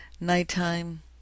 nighttime